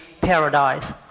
paradise